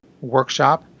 workshop